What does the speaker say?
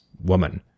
woman